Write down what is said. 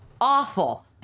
Awful